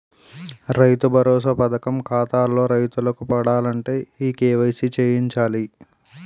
రైతు భరోసా పథకం ఖాతాల్లో రైతులకు పడాలంటే ఈ కేవైసీ చేయించాలి